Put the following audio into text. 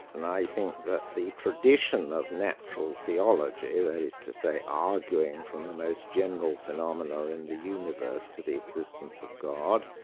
and i think that the tradition of natural theology, that is to say, arguing from the most general phenomena in the universe to the existence of god,